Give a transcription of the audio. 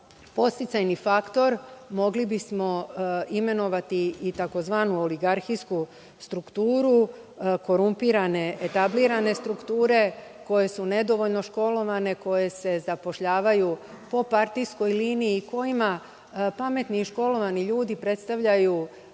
podsticajni faktor mogli bismo imenovati tzv. oligarhijsku strukturu, korumpirane strukture koje su nedovoljno školovane, koje se zapošljavaju po partijskoj liniji, kojima pametni i školovani ljudi predstavljaju